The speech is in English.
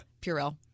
Purell